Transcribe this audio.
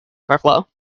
overflow